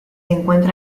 encuentra